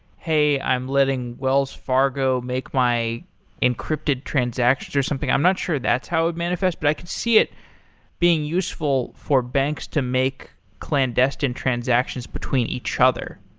hey, i'm letting wells fargo make my encrypted transactions, or something. i'm not sure that's how it'd manifest. but i could see it being useful for banks to make client-destined transactions between each other,